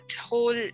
whole